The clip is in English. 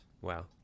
Wow